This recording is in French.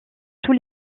tous